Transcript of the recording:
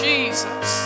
Jesus